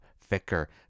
thicker